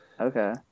Okay